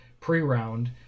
pre-round